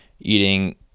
eating